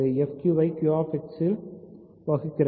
fQ ஐ Q X இல் வகுக்கிறது